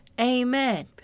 Amen